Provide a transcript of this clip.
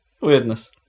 Weirdness